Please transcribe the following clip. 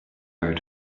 her